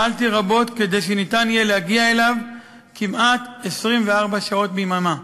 פעלתי רבות כדי שניתן יהיה להגיע אליו כמעט 24 שעות ביממה.